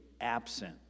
absent